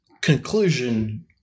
conclusion